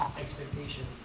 expectations